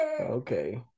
okay